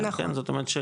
זאת אומרת,